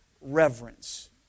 reverence